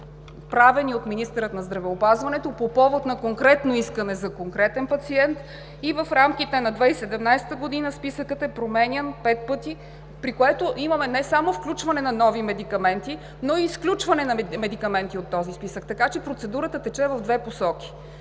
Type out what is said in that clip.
правени от министъра на здравеопазването, по повод на конкретно искане за конкретен пациент. В рамките на 2017 г. списъкът е променян пет пъти, при което имаме не само включване на нови медикаменти, но и изключване на медикаменти от този списък. Така че процедурата тече в две посоки.